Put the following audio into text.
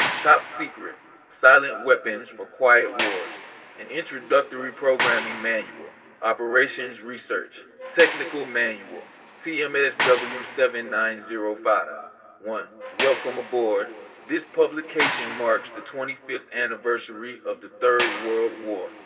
top secret silent weapons for quiet wars an introductory programming manual operations research technical manual tm s w seven nine zero five point one welcome aboard this publication marks the twenty fifth anniversary of the third world war,